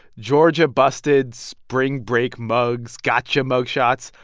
georgia busted, spring break mugs, gotcha mug shots.